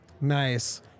Nice